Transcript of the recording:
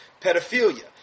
Pedophilia